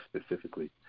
specifically